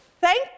thank